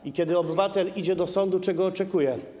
I kiedy obywatel idzie do sądu, czego oczekuje?